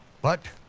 but,